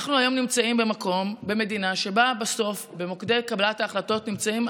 אנחנו היום נמצאים במדינה שבה בסוף במוקדי קבלת ההחלטות נמצאים,